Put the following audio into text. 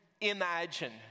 imagine—